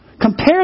Compare